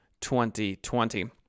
2020